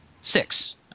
six